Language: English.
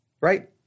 right